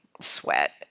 sweat